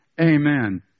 amen